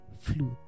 flute